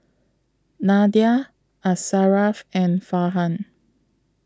Nadia Asharaff and Farhan